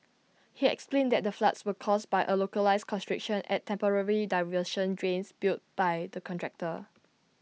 he explained that the floods were caused by A localised constriction at temporary diversion drains built by the contractor